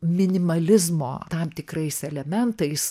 minimalizmo tam tikrais elementais